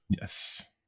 Yes